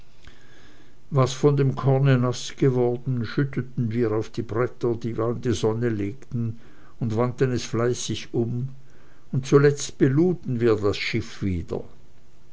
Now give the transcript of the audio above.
was von dem korne naß geworden schütteten wir auf bretter die wir an die sonne legten und wandten es fleißig um und zuletzt beluden wir das schiff wieder